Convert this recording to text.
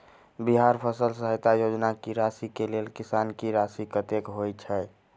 बिहार फसल सहायता योजना की राशि केँ लेल किसान की राशि कतेक होए छै?